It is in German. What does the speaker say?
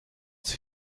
sich